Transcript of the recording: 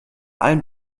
allen